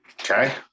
Okay